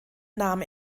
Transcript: nahm